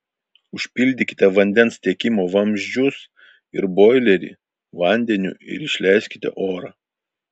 užpildykite vandens tiekimo vamzdžius ir boilerį vandeniu ir išleiskite orą